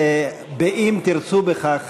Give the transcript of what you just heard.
אם תרצו בכך,